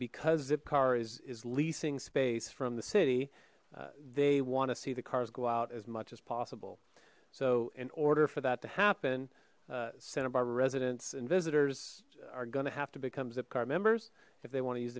because zip car is is leasing space from the city they want to see the cars go out as much as possible so in order for that to happen santa barbara residents and visitors are going to have to become zipcar members if they want to use